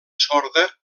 sorda